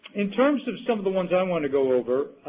in terms of some of the ones that i want to go over,